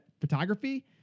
photography